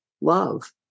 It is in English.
love